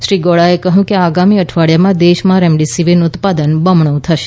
શ્રી ગૌડાએ કહ્યું કે આગામી અઠવાડિયામાં દેશમાં રેમડેસીવીરનું ઉત્પાદન બમણું થશે